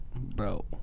bro